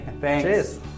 Thanks